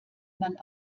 man